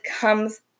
comes